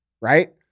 right